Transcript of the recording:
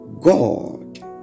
God